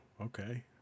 okay